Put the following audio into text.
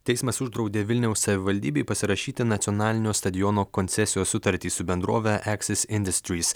teismas uždraudė vilniaus savivaldybei pasirašyti nacionalinio stadiono koncesijos sutartį su bendrove eksis industrys